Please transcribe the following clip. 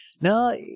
No